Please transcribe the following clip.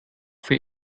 für